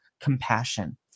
compassion